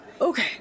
Okay